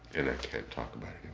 and i can't talk about